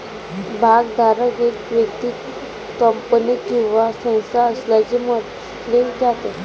भागधारक एक व्यक्ती, कंपनी किंवा संस्था असल्याचे म्हटले जाते